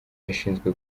yashinjwe